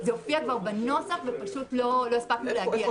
זה הופיע כבר בנוסח ופשוט לא הספקנו להגיע לזה.